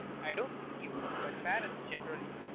i don't mean you, but parents generally.